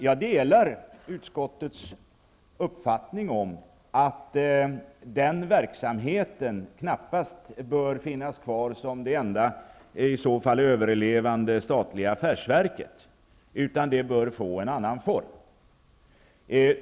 Jag delar utskottets uppfattning att den verksamheten knappast bör finnas kvar som det enda överlevande statliga affärsverket, utan den bör få en annan form.